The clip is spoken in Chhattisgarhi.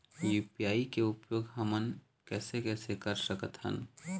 यू.पी.आई के उपयोग हमन कैसे कैसे कर सकत हन?